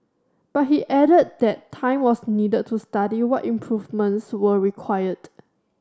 but he added that time was needed to study what improvements were required